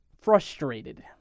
frustrated